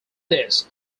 this